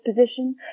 position